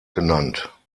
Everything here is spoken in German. genannt